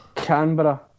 Canberra